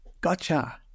Gotcha